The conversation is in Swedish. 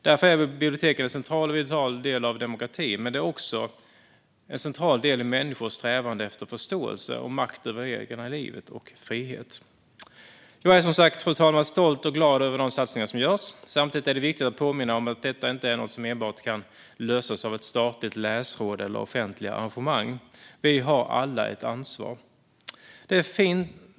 Därför är biblioteken en central och vital del av demokratin, och de är också en central del i människors strävanden efter förståelse och makt över det egna livet och friheten. Fru talman! Jag är stolt och glad över de satsningar som görs. Samtidigt är det viktigt att påminna om att detta inte är något som enbart kan lösas av ett statligt läsråd eller offentliga arrangemang. Vi har alla ett ansvar.